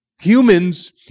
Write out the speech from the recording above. Humans